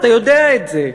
אתה יודע את זה.